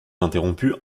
interrompue